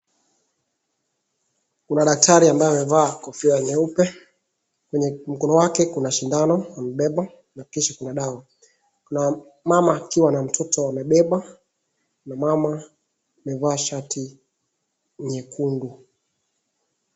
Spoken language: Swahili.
Kuna daktari ambaye amevaa kofia nyeupe, kwenye mkono wake kuna shindano amebeba na kisha kuna dawa. Kuna mama akiwa na mtoto amebeba na mama amevaa shati nyekundu.